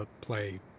play